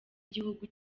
igihugu